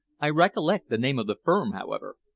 i recollect the name of the firm, however.